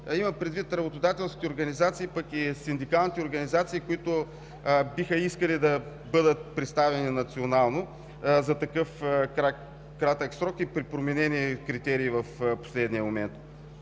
имам предвид работодателски организации, пък и синдикалните организации, които биха искали да бъдат представени на национално ниво за такъв кратък срок и при променени критерии в последния момент.